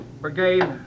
brigade